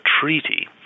treaty